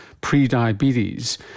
pre-diabetes